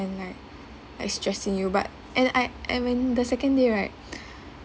and like like stressing you but and I and when the second year right